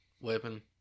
weapon